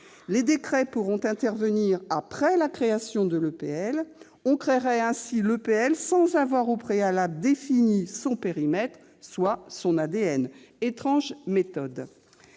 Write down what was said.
les décrets pourront intervenir après la création de l'EPL. On créerait ainsi l'EPL sans avoir au préalable défini son périmètre, soit son ADN. Étrange méthode